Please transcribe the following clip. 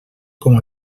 com